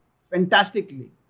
fantastically